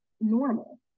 normal